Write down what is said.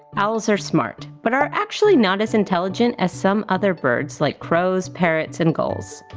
owls are smart, but are actually not as intelligent as some other birds like crows, parrots and gulls.